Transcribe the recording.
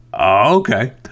okay